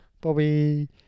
Bobby